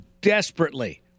desperately